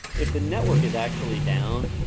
if the network is actually down,